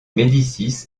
médicis